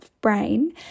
brain